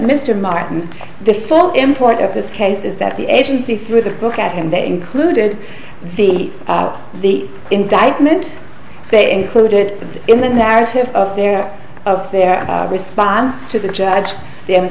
mr martin the full import of this case is that the agency threw the book at him that included the the indictment they included in the narrative of their of their response to the judge the